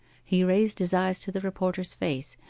he raised his eyes to the reporter's face,